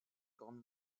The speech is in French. grandes